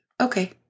Okay